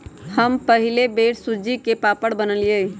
हम पहिल बेर सूज्ज़ी के पापड़ बनलियइ